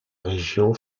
région